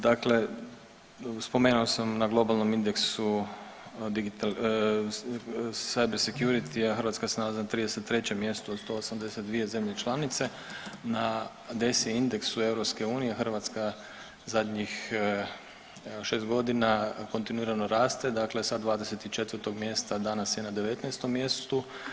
Dakle, spomenuo sam na globalnom indeksu cyber securitya Hrvatska se nalazi na 33 mjestu od 182 zemlje članice, na DESI indeksu EU Hrvatska zadnjih 6 godina kontinuirano raste, dakle sa 24 mjesta danas je na 19 mjestu.